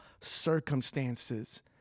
circumstances